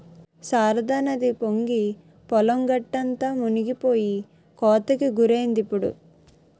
శారదానది పొంగి పొలం గట్టంతా మునిపోయి కోతకి గురైందిప్పుడు